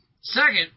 Second